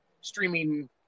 streaming